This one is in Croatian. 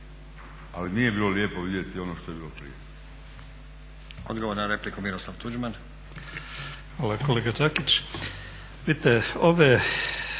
ali nije bilo lijepo vidjeti ono što je bilo prije.